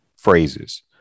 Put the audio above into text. phrases